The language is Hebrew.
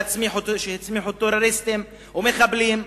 שהצמיחו טרוריסטים ומחבלים,